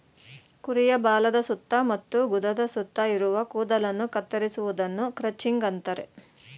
ಕುರಿಯ ಬಾಲದ ಸುತ್ತ ಮತ್ತು ಗುದದ ಸುತ್ತ ಇರುವ ಕೂದಲನ್ನು ಕತ್ತರಿಸುವುದನ್ನು ಕ್ರಚಿಂಗ್ ಅಂತರೆ